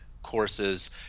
courses